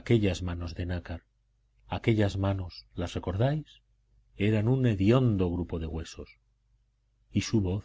aquellas manos de nácar aquellas manos las recordáis eran un hediondo grupo de huesos y su voz